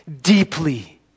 deeply